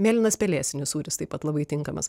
mėlynas pelėsinis sūris taip pat labai tinkamas